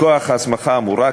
מכוח ההסמכה האמורה,